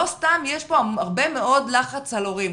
לא סתם יש פה הרבה מאוד לחץ על הורים.